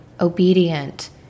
obedient